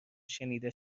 شنیده